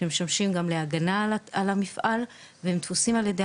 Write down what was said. שמשמשים גם להגנה על המפעל והם תפוסים על ידי